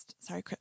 Sorry